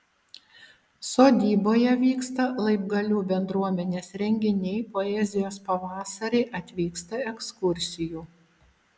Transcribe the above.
sodyboje vyksta laibgalių bendruomenės renginiai poezijos pavasariai atvyksta ekskursijų